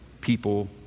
people